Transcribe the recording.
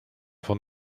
van